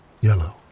yellow